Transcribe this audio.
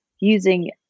using